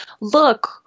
look